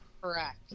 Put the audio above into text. Correct